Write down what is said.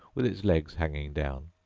with its legs hanging down,